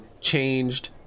changed